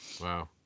Wow